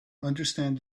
understand